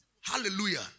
Hallelujah